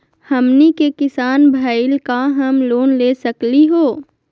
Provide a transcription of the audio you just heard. हमनी के किसान भईल, का हम लोन ले सकली हो?